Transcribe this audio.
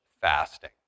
fasting